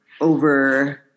over